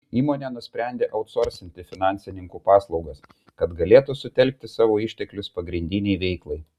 įmonė nusprendė autsorsinti finansininkų paslaugas kad galėtų sutelkti savo išteklius pagrindinei veiklai